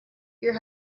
your